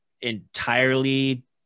entirely